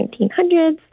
1900s